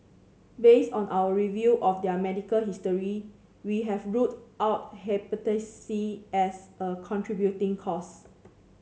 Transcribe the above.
based on our review of their medical history we have ruled out Hepatitis C as a contributing cause